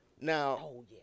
Now